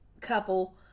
couple